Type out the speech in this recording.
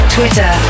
Twitter